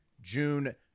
June